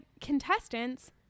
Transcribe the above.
contestants